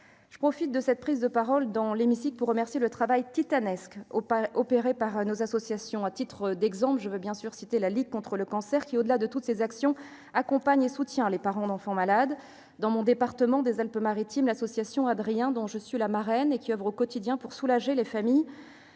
Je profite de cette intervention pour saluer le travail titanesque effectué par nos associations. À titre d'exemple, je citerai la Ligue contre le cancer, qui, au-delà de toutes ses actions, accompagne et soutient les parents d'enfants malades. Dans mon département des Alpes-Maritimes, l'association Adrien, dont je suis la marraine, oeuvre au quotidien pour soulager les familles